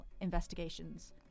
investigations